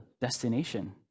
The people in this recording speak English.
destination